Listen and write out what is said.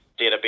database